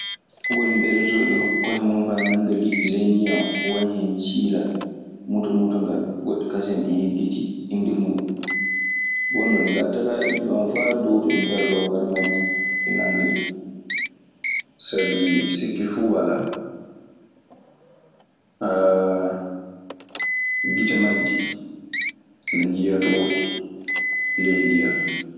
Pooli mbeddotooɗi kohe mun faa nanga liɗɗi ley ndiyan won en ciilal, mutomutongal, goɗɗi kaseŋ mi yeggitii innde muuɗun. Bon, no ɗi mbatta kaa ɗi ngiwan faa dow too, ɗi mberloo hoore majji ɗi nanga liɗɗi. Sabii sikke fuu walaa gite majji ne njiya to woɗɗi ley ndiyan.